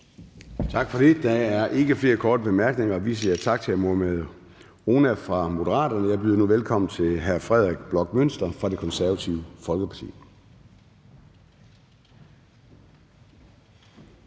Gade): Der er ikke flere korte bemærkninger. Vi siger tak til hr. Mohammad Rona fra Moderaterne. Jeg byder nu velkommen til hr. Frederik Bloch Münster fra Det Konservative Folkeparti.